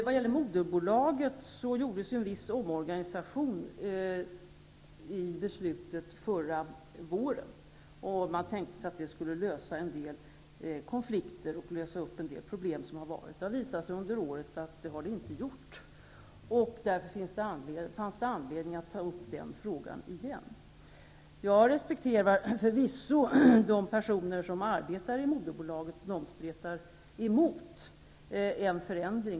Vad gäller moderbolaget gjordes en viss omorganisation i och med beslutet förra våren, och man tänkte sig att det skulle lösa en del konflikter och problem som förekommit. Det har under året visat sig att så inte varit fallet. Det fanns därför anledning att ta upp den frågan igen. Jag respekterar förvisso de personer som arbetar i moderbolaget, och jag förstår att de stretar emot en förändring.